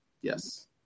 Yes